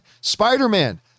Spider-Man